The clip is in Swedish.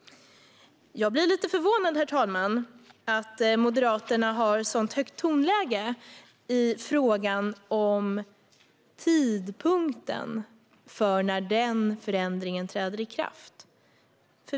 Jag blir lite förvånad över att Moderaterna har ett sådant högt tonläge i fråga om tidpunkten för när förändringen ska träda i kraft.